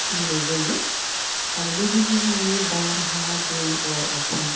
सिबिनाय जायो आरो नैबे बुहुमनि बार हा दै अर अख्रां